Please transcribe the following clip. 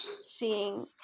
seeing